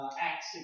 Acts